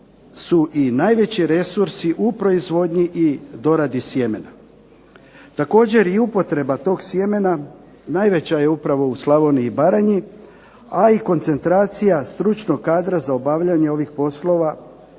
su i najveći resursi u proizvodnji i doradi sjemena. Također i upotreba tog sjemena najveća je upravo u Slavoniji i Baranji a i koncentracija stručnog kadra za obavljanje ovih poslova